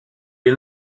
est